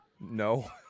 No